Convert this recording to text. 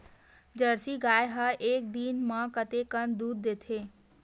Jersey गाय ह एक दिन म कतेकन दूध देथे?